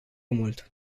mult